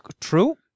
True